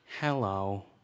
Hello